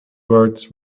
words